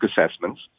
assessments